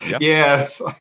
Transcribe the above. Yes